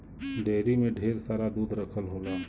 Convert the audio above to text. dairy में ढेर सारा दूध रखल होला